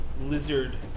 lizard